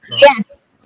yes